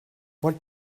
what